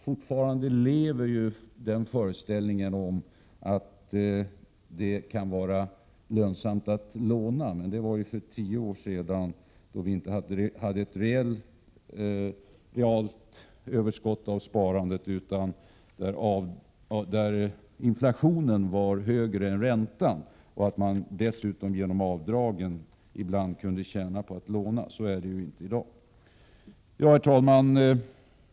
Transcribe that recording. Fortfarande lever föreställningarna att det kan vara lönsamt att låna, men det var det för tio år sedan då sparandet inte gav ett realt överskott utan inflationen var högre än räntan och man dessutom genom avdragen ibland kunde tjäna på att låna. Så är det inte i dag. Herr talman!